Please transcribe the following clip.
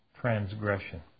transgression